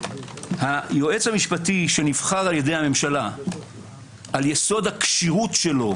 - היועץ המשפטי שנבחר על ידי הממשלה על יסוד הכשירות שלו.